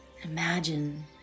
Imagine